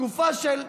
תקופה של,